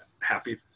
happy